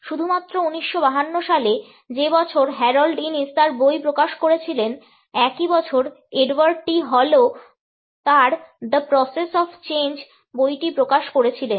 শুধুমাত্র 1952 সালে যে বছর হ্যারল্ড ইনিস তার বই প্রকাশ করেছিলেন একই বছর এডওয়ার্ড টি হলও তার দ্য প্রসেস অফ চেঞ্জ বইটি প্রকাশ করেছিলেন